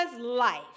life